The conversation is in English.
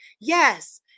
Yes